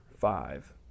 five